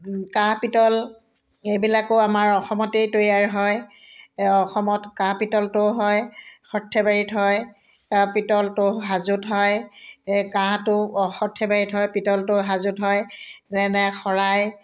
কাঁহ পিতল এইবিলাকো আমাৰ অসমতেই তৈয়াৰ হয় অসমত কাঁহ পিতলটোও হয় সৰ্থেবাৰীত হয় কাঁহ পিতলটো হাজোত হয় কাঁহটো সৰ্থেবাৰীত হয় পিতলটো হাজোত হয় যেনে শৰাই